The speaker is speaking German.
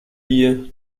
wie